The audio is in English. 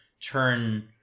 turn